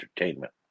entertainment